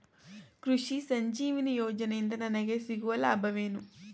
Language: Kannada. ಕೃಷಿ ಸಂಜೀವಿನಿ ಯೋಜನೆಯಿಂದ ನನಗೆ ಸಿಗುವ ಲಾಭವೇನು?